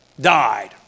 died